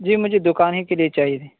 جی مجھے دکان ہی کے لیے چاہیے تھی